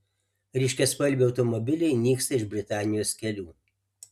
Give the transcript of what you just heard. ryškiaspalviai automobiliai nyksta iš britanijos kelių